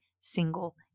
single